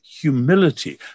humility